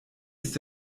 ist